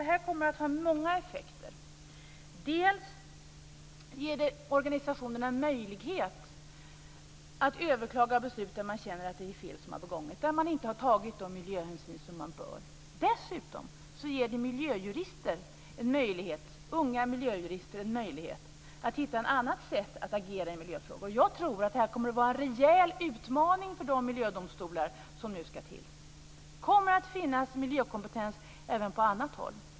Det kommer att få många effekter. Dels ger det organisationerna en möjlighet att överklaga beslut om ett fel har begåtts och man inte har tagit de miljöhänsyn som man bör, dels ger det unga miljöjurister en möjlighet att hitta ett annat sätt att agera i miljöfrågor. Jag tror att det kommer att bli en rejäl utmaning för miljödomstolarna. Det kommer att finnas miljökompetens även på annat håll.